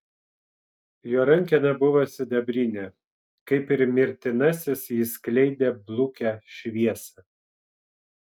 jo rankena buvo sidabrinė kaip ir mirtinasis jis skleidė blukią šviesą